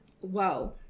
whoa